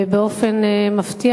ובאופן מפתיע,